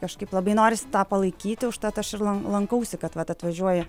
kažkaip labai norisi tą palaikyti užtat aš ir lan lankausi kad vat atvažiuoja